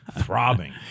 Throbbing